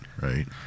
right